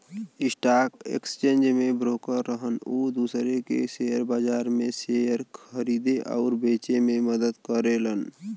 stock exchange में broker रहन उ दूसरे के शेयर बाजार में शेयर खरीदे आउर बेचे में मदद करेलन